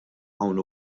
hawn